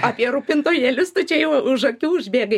apie rūpintojėlius tu čia jau už akių užbėgai